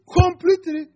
completely